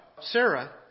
Sarah